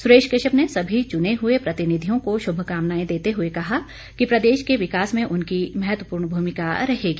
सुरेश कश्यप ने सभी चुने हुए प्रतिनिधियों को शुभकामनाएं देते हुए कहा कि प्रदेश के विकास में उनकी महत्वपूर्ण भूमिका रहेगी